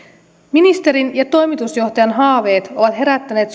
ministerin ja toimitusjohtajan haaveet ovat herättäneet